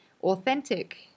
authentic